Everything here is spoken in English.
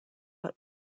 but